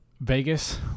Vegas